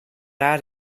out